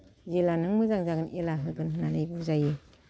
जेला नों मोजां जागोन एलानो होगोन होननानै बुजायो